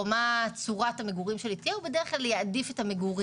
או מה צורת המגורים שלי תהיה הוא בדרך כלל יעדיף את המגורים.